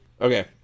Okay